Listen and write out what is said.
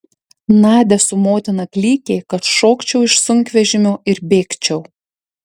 nadia su motina klykė kad šokčiau iš sunkvežimio ir bėgčiau